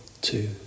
two